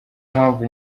mpamvu